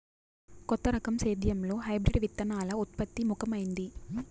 కొత్త రకం సేద్యంలో హైబ్రిడ్ విత్తనాల ఉత్పత్తి ముఖమైంది